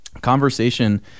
conversation